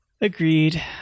Agreed